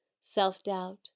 self-doubt